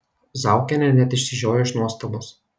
zaukienė net išsižiojo iš nuostabos